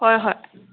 ꯍꯣꯏ ꯍꯣꯏ